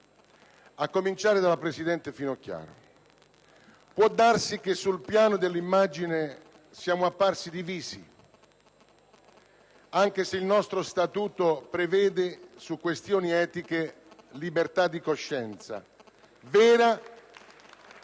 a cominciare dalla presidente Finocchiaro. Può darsi che sul piano dell'immagine siamo apparsi divisi, anche se il nostro statuto prevede su questioni etiche libertà di coscienza vera.